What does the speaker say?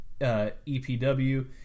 EPW